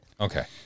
Okay